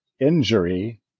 injury